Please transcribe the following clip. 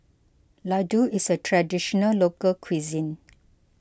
Ladoo is a Traditional Local Cuisine